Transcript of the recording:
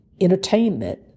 entertainment